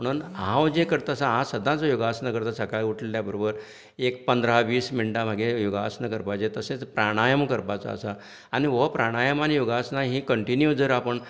म्हणोन हांव जे करता आसतना सदांच योगासनां करता सकाळीं उठल्या बरोबर एक पंदरा वीस मिनटां म्हागे योगासनां करपाचे तशेंच प्राणायम करपाचो आसा आनी हो प्राणायम आनी योगासनां ही कंन्टिन्यु जर आपूण